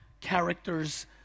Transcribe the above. characters